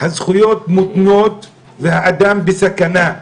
הזכויות מותנות והאדם בסכנה.